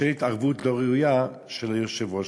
בשל התערבות לא ראויה של היושב-ראש.